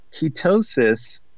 ketosis